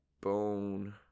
bone